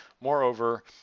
Moreover